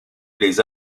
les